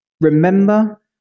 remember